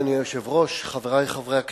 אדוני היושב-ראש, תודה, חברי חברי הכנסת,